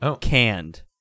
canned